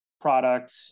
product